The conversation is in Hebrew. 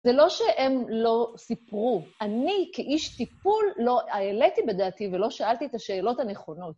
זה לא שהם לא סיפרו, אני כאיש טיפול לא העליתי בדעתי ולא שאלתי את השאלות הנכונות.